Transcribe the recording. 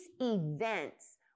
events